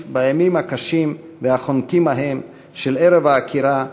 בימים הקשים והחונקים ההם של ערב העקירה,